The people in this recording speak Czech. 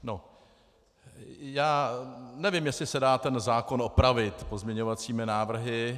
No, já nevím, jestli se dá ten zákon opravit pozměňovacími návrhy.